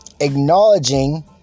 acknowledging